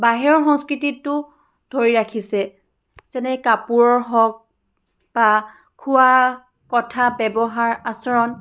বাহিৰৰ সংস্কৃতিটো ধৰি ৰাখিছে যেনে কাপোৰৰ হওক বা খোৱা কথা ব্যৱহাৰ আচৰণ